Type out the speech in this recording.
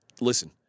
listen